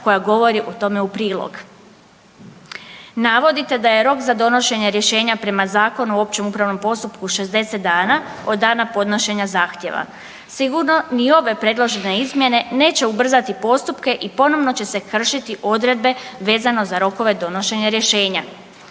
koja govori tome u prilog. Navodite da je rok za donošenje rješenja prema Zakonu o općem upravnom postupku 60 dana od dana podnošenja zahtjeva. Sigurno ni ove predložene izmjene neće ubrzati postupke i ponovno će se kršiti odredbe vezano za rokove donošenja rješenja.